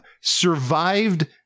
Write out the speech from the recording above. survived